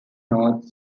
north